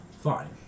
Fine